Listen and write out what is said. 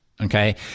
Okay